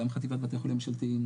גם חטיבת בתי חולים ממשלתיים,